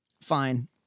Fine